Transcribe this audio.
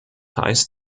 heißt